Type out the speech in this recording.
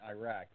Iraq